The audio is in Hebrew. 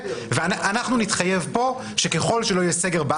תשנ"ט 1998. "השר הנוגע בדבר",